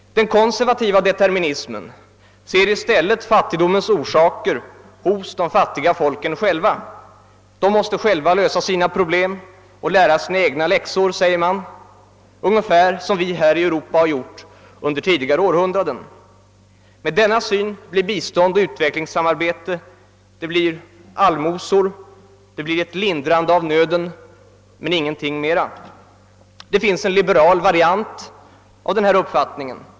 Den konservativa determinismen ser i stället fattigdomens orsaker hos de fattiga folken själva. De måste själva lösa sina problem och lära sina egna läxor, säger man, ungefär som vi här i Europa har gjort under tidigare århundraden. Med denna syn blir bistånd och utvecklingssamarbete allmosor, det blir ett lindrande av nöden men ingenting mera. Det finns en liberal variant av denna uppfattning.